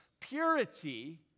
purity